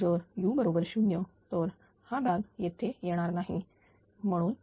जर u बरोबर 0 तर हा भाग येथे येणार नाही म्हणून